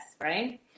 right